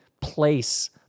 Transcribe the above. place